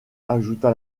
ajouta